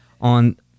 on